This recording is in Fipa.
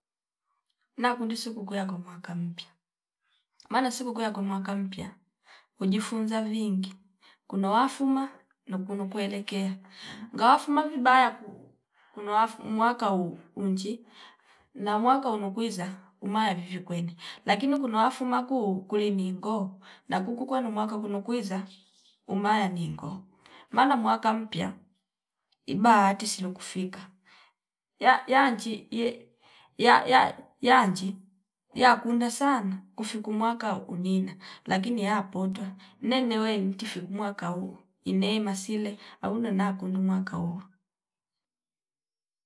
Na kundi sikuku ya kwa mwaka mpya maana sikuku ya kwa mwaka mpya ujifunza vingi kuna wafuma na kuno kuelekea ngawafuma vibaya kuu- kuno wafu umwaka uunji na mwaka uno kwiza umaya vivwi kwenda lakini kuno wafuma kuu kulimingo na kuku kwanu mwaka kuno kwiza umaya ningo maana mwaka mpya ibahati sino kufika ya- yanji iye ya- ya- yanji yakunda sana kufiku mwaka unina lakini yapota nene wei mtifiku mwaka uo ineema sile au nana kundu mwaka huo